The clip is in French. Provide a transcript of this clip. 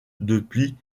depuis